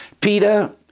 Peter